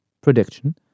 prediction